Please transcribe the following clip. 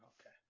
Okay